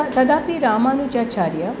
तदपि रामानुजाचार्यः